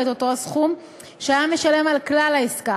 את אותו הסכום שהיה משלם על כלל העסקה,